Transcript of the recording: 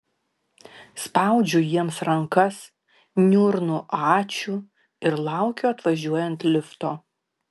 spaudžiu jiems rankas niurnu ačiū ir laukiu atvažiuojant lifto